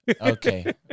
Okay